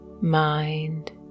mind